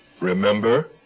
Remember